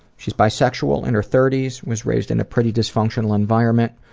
she's bisexual, in her thirty s, was raised in a pretty dysfunctional environment.